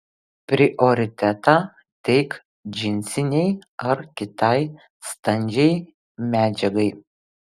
prioritetą teik džinsinei ar kitai standžiai medžiagai